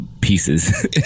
pieces